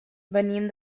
venim